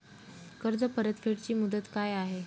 कर्ज परतफेड ची मुदत काय आहे?